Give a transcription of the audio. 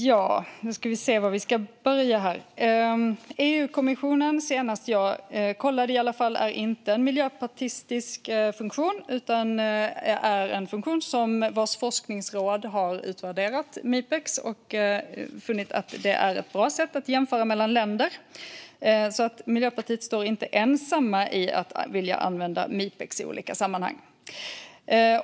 Fru talman! Senast jag kollade var EU-kommissionen inte en miljöpartistisk funktion, utan det är en funktion vars forskningsråd har utvärderat Mipex och funnit att det är ett bra sätt att jämföra mellan länder. Miljöpartiet är alltså inte ensamt om att vilja använda Mipex i olika sammanhang.